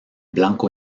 blanco